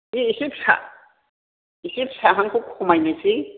बे एसे फिसा एसे फिसाहांखौ खमायनोसै